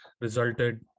resulted